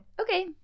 okay